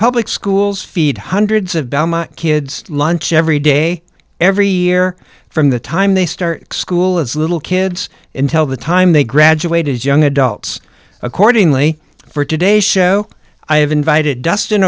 public schools feed hundreds of dhamma kids lunch every day every year from the time they start school as little kids until the time they graduate as young adults accordingly for today's show i have invited dustin